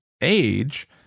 age